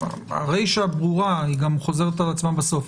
הרישא ברורה והיא גם חוזרת על עצמה בסוף.